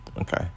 Okay